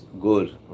good